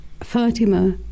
Fatima